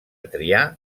triar